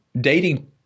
dating